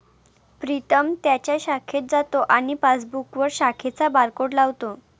प्रीतम त्याच्या शाखेत जातो आणि पासबुकवर शाखेचा बारकोड लावतो